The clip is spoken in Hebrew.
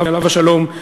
עליו השלום,